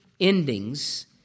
endings